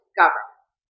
government